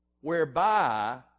whereby